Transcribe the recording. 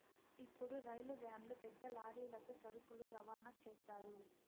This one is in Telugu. ఇప్పుడు రైలు వ్యాన్లు పెద్ద లారీలతో సరుకులు రవాణా చేత్తారు